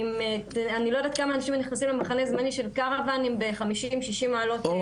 אני לא יודעת כמה אנשים נכנסים למחנה זמני של קרוואנים ב-50-60 מעלות.